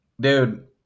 Dude